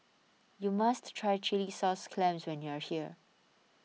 you must try Chilli Sauce Clams when you are here